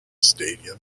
stadium